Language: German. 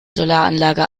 solaranlage